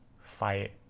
fight